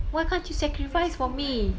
why can't you sacrifice for me